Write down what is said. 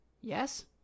Yes